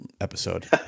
episode